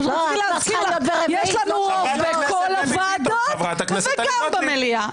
תרשי לי להזכיר לך שיש לנו רוב בכל הוועדות וגם במליאה.